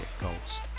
goals